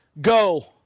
Go